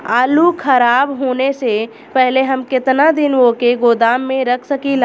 आलूखराब होने से पहले हम केतना दिन वोके गोदाम में रख सकिला?